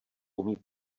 umí